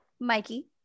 Mikey